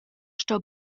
sto